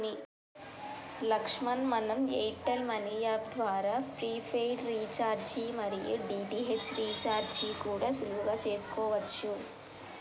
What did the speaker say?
లక్ష్మణ్ మనం Airtel money app ద్వారా prepaid recharge మరియు డి.టి.హెచ్ రీఛార్జి కూడా సులువుగా చేసుకోవచ్చు